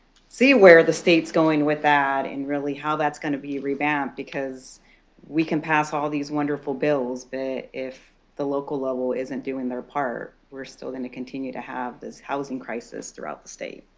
see where the state's going with that and really how that's going to be revamped, because we can pass all these wonderful bills but if the local level isn't doing their part, we're still going to continue to have this housing crisis throughout the state.